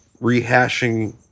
rehashing